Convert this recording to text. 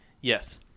Yes